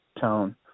tone